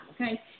okay